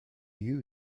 you